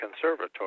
Conservatory